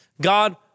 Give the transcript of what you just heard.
God